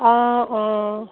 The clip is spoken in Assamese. অ' অ'